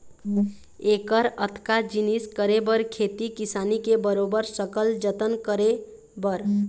ऐकर अतका जिनिस करे बर खेती किसानी के बरोबर सकल जतन करे बर